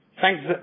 Thanks